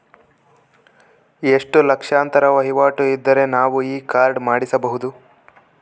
ಎಷ್ಟು ಲಕ್ಷಾಂತರ ವಹಿವಾಟು ಇದ್ದರೆ ನಾವು ಈ ಕಾರ್ಡ್ ಮಾಡಿಸಬಹುದು?